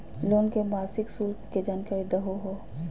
Loan के मासिक शुल्क के जानकारी दहु हो?